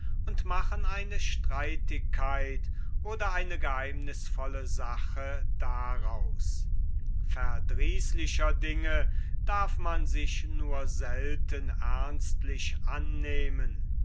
und machen eine streitigkeit oder eine geheimnißvolle sache daraus verdrießlicher dinge darf man sich nur selten ernstlich annehmen